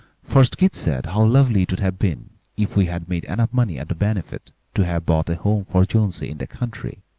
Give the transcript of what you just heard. first keith said how lovely it would have been if we had made enough money at the benefit to have bought a home for jonesy in the country,